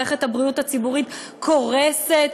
מערכת הבריאות הציבורית קורסת,